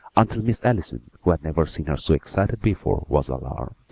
until miss allison, who had never seen her so excited before, was alarmed.